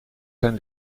zijn